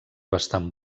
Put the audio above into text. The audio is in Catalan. bastant